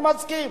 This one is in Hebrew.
אני מסכים,